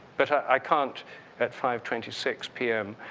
but i can't at five twenty six p m.